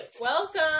welcome